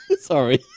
Sorry